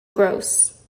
gross